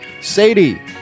Sadie